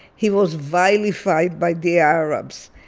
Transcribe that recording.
he was vilified by the arabs,